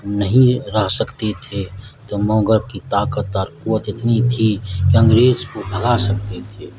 نہیں رہ سکتے تھے تو مغلوں کی طاقت و قوت اتنی تھی کہ انگریز کو بھگا سکتے تھے